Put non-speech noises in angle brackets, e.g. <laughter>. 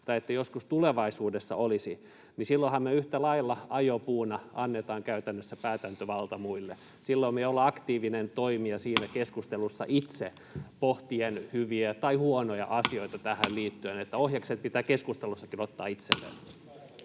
tai että joskus tulevaisuudessa olisi, niin silloinhan me yhtä lailla ajopuuna annetaan käytännössä päätäntävalta muille. Silloin me ei olla aktiivinen toimija siinä keskustelussa, <noise> itse pohtien hyviä tai huonoja asioita tähän liittyen. Eli ohjakset pitää keskustelussakin ottaa itselleen.